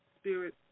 spirit